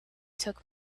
took